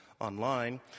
online